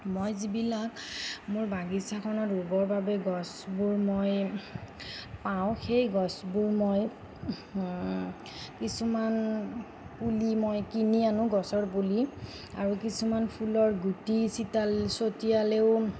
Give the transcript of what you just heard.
মই যিবিলাক মোৰ বাগিচাখনত ৰুবৰ বাবে গছবোৰ মই পাওঁ সেই গছবোৰ মই কিছুমান পুলি মই কিনি আনো গছৰ পুলি আৰু কিছুমাৰ ফুলৰ গুটি চিতালে চতিয়ালেওঁ